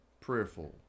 prayerful